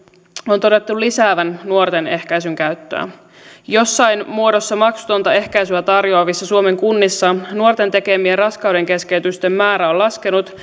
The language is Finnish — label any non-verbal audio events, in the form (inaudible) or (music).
on todettu lisäävän nuorten ehkäisyn käyttöä jossain muodossa maksutonta ehkäisyä tarjoavissa suomen kunnissa nuorten tekemien raskaudenkeskeytysten määrä on laskenut (unintelligible)